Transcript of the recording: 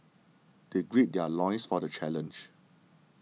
they gird their loins for the challenge